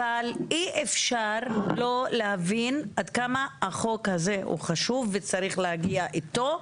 אבל אי אפשר לא להבין עד כמה החוק הזה הוא חשוב וצריך להגיע איתו,